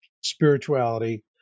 spirituality